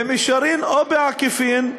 במישרין או בעקיפין,